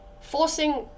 forcing